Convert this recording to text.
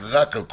רק על קורונה.